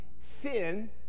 sin